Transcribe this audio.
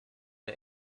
the